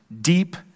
deep